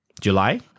July